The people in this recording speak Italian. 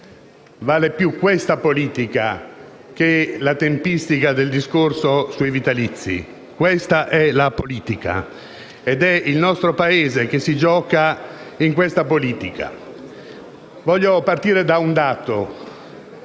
Vale più questa politica che la tempistica del discorso sui vitalizi. Questa è la politica ed è il nostro Paese che si gioca in questa politica. Voglio partire da un dato,